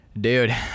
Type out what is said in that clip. dude